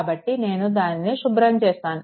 కాబట్టి నేను దానిని శుభ్రంచేస్తాను